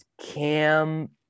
Cam